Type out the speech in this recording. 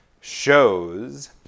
shows